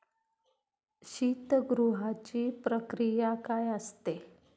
शीतगृहाची प्रक्रिया काय असते?